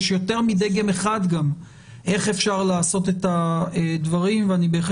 יש גם יותר מדגם אחד איך אפשר לעשות את הדברים ואני בהחלט